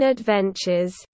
Adventures